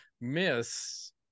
miss